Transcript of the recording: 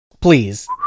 Please